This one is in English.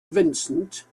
vincent